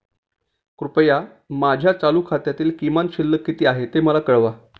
कृपया माझ्या चालू खात्यासाठी किमान शिल्लक किती आहे ते मला कळवा